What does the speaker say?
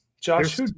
Josh